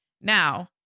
Now